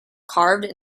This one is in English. carved